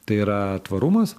tai yra tvarumas